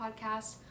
Podcast